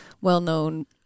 well-known